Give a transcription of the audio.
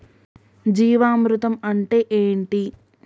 జీవామృతం అంటే ఏంటి?